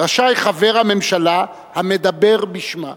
"רשאי חבר הממשלה המדבר בשמה".